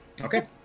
Okay